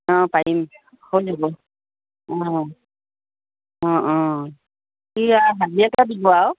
অঁ পাৰিম হৈ যাব অঁ অঁ অঁ কি হাজিৰাকে দিব আৰু